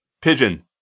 Pigeon